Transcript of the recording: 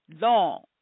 long